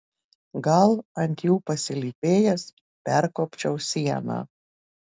gal ant jų pasilypėjęs perkopčiau sieną